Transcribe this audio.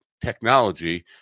technology